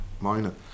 Minor